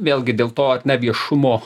vėlgi dėl to ar ne viešumo